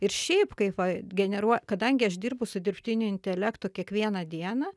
ir šiaip kaip va generuoja kadangi aš dirbu su dirbtiniu intelektu kiekvieną dieną